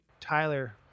Tyler